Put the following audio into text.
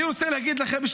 אני רוצה להגיד לכם,